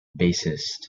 bassist